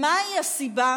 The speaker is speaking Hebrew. מהי הסיבה